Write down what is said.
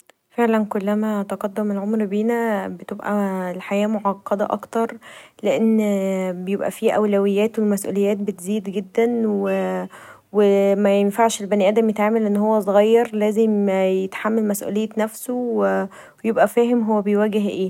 فعلا كلما تقدم العمر بينا بيبقي الحياه معقده اكتر لان بيبقي فيه اولويات و المسئوليات بتزيد جدا و مينفعش البني ادم يتعامل انه صغير لازم يتحمل مسئوليه نفسه و يبقي فاهم هو بيواجهه اي.